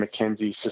McKenzie